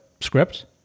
script